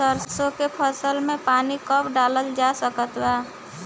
सरसों के फसल में पानी कब डालल जा सकत बा?